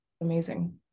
amazing